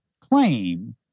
claim